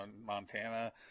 Montana